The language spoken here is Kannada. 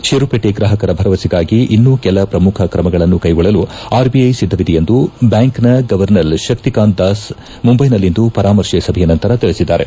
ಷೇರುಪೇಟಿ ಗ್ರಾಹಕರ ಭರವಸೆಗಾಗಿ ಇನ್ನೂ ಕೆಲ ಪ್ರಮುಖ ತ್ರಮಗಳನ್ನು ಕೈಗೊಳ್ಳಲು ಆರ್ಬಿಐ ಸಿದ್ದವಿದೆ ಎಂದು ಬ್ಯಾಂಕ್ನ ಗವರ್ನರ್ ಶಕ್ತಿಕಾಂತ್ ದಾಸ್ ಮುಂಟೈನಲ್ಲಿಂದು ಪರಾಮರ್ಶೆ ಸಭೆಯ ನಂತರ ತಿಳಿಬಿದ್ದಾರೆ